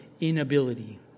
inability